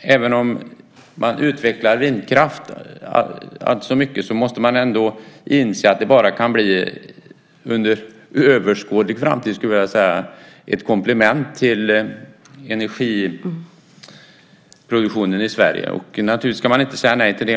Även om man utvecklar vindkraften mycket, så måste man ändå inse att den under överskådlig framtid bara kan bli ett komplement till energiproduktionen i Sverige. Naturligtvis ska man inte säga nej till det.